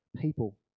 people